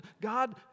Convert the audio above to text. God